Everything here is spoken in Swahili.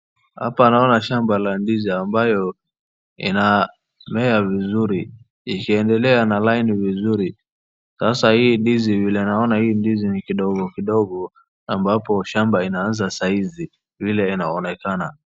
Hapa naona shamba la ndizi ambayo inamea vizuri ikiendela na line vizuri. Sasa hii ndiz vile naona hii ndizi ni kidogo kidogo ambapo shamba inaanza saa hizi vile inaonekana .